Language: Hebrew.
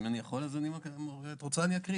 אם אני יכול ואת רוצה, אני אקריא.